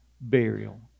burial